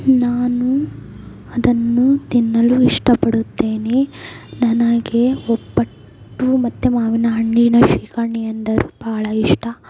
ನಾನು ಅದನ್ನು ತಿನ್ನಲು ಇಷ್ಟಪಡುತ್ತೇನೆ ನನಗೆ ಒಬ್ಬಟ್ಟು ಮತ್ತೆ ಮಾವಿನ ಹಣ್ಣಿನ ಶ್ರೀಕರ್ಣಿ ಎಂದರೂ ಬಹಳ ಇಷ್ಟ